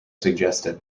suggested